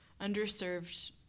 underserved